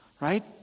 right